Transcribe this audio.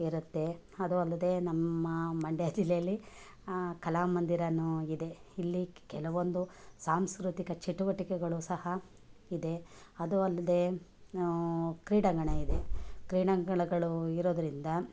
ಇರುತ್ತೆ ಅದು ಅಲ್ಲದೆ ನಮ್ಮ ಮಂಡ್ಯ ಜಿಲ್ಲೆಯಲ್ಲಿ ಆ ಕಲಾಮಂದಿರವೂ ಇದೆ ಇಲ್ಲಿ ಕೆಲವೊಂದು ಸಾಂಸ್ಕೃತಿಕ ಚಟುವಟಿಕೆಗಳು ಸಹ ಇದೆ ಅದು ಅಲ್ಲದೆ ಕ್ರೀಡಾಂಗಣ ಇದೆ ಕ್ರೀಡಾಂಗಣಗಳು ಇರೋದರಿಂದ